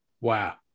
Wow